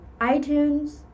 iTunes